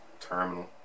terminal